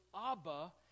Abba